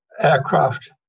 aircraft